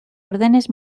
órdenes